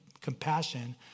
compassion